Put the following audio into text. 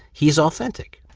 he's authentic.